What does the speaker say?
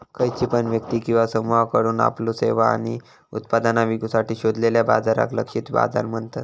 खयची पण व्यक्ती किंवा समुहाकडुन आपल्यो सेवा आणि उत्पादना विकुसाठी शोधलेल्या बाजाराक लक्षित बाजार म्हणतत